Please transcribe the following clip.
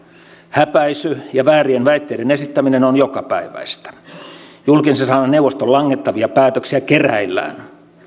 häpäisy ja väärien väitteiden esittäminen on jokapäiväistä julkisen sanan neuvoston langettavia päätöksiä keräillään